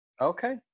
Okay